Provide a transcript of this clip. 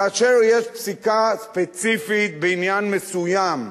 כאשר יש פסיקה ספציפית בעניין מסוים,